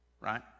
right